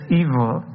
evil